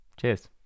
Cheers